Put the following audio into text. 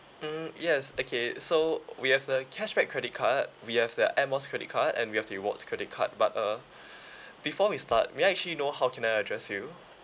mm yes okay so we have the cashback credit card we have the air miles credit card and we have rewards credit card but uh before we start may I actually know how can I address you